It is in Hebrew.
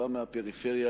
בא מהפריפריה,